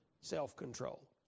self-control